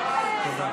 תודה.